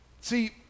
See